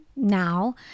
now